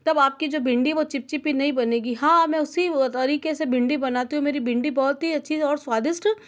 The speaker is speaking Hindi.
तब आपकी जो भिंडी वह चिपचिपी नहीं बनेगी हाँ मैं इस उसी तरीके से भिंडी बनाती हूँ मेरी भिंडी बहुत ही अच्छी और स्वादिष्ट